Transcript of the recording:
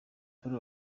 paul